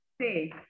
say